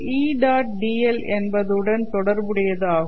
dl என்பதுடன் தொடர்புடையது ஆகும்